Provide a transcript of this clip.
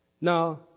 Now